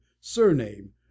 surname